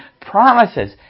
promises